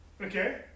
Okay